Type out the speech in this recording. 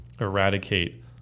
eradicate